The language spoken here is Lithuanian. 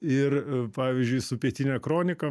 ir pavyzdžiui su pietinia kronika